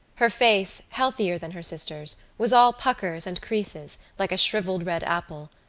her face, healthier than her sister's, was all puckers and creases, like a shrivelled red apple,